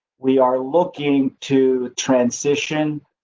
we are looking to transition.